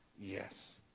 yes